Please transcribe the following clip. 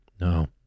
No